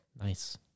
Nice